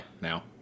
now